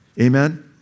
Amen